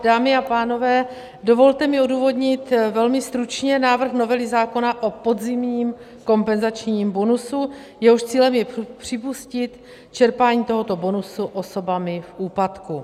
Dámy a pánové, dovolte mi odůvodnit velmi stručně návrh novely zákona o podzimním kompenzačním bonusu, jehož cílem je připustit čerpání tohoto bonusu osobami v úpadku.